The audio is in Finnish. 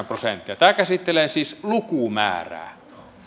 prosenttia tämä käsittelee siis lukumäärää